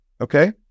okay